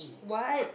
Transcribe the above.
what